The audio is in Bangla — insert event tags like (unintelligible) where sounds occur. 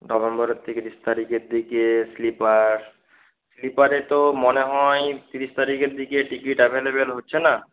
নভেম্বরের (unintelligible) তারিখের টিকিট স্লিপার স্লিপারে তো মনে হয় তিরিশ তারিখের দিকে টিকিট অ্যাভেলেবল হচ্ছে না